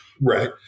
Right